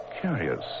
Curious